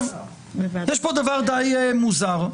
יש פה דבר די מוזר,